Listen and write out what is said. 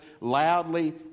loudly